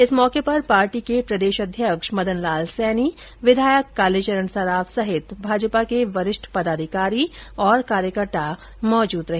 इस मौके पर पार्टी के प्रदेश अध्यक्ष मदनलाल सैनी विधायक कालीचरण सराफ सहित भाजपा के वरिष्ठ पदाधिकारी और कार्यकर्ता मौजूद रहे